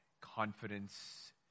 confidence